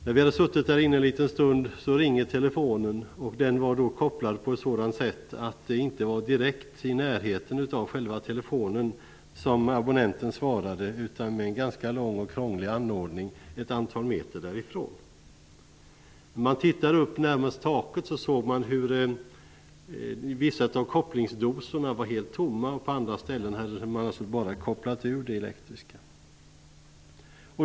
När vi hade suttit där en stund ringer telefonen, och den var kopplad på ett sådant sätt att det inte var direkt i närheten av själva telefonen som abonnenten svarade, utan det var en lång och krånglig anordning ett antal meter från telefonen. När man tittade upp närmast taket såg man hur vissa av kopplingsdosorna var helt tomma. På andra ställen hade man kopplat ur det elektriska.